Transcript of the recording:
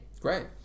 Great